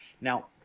Now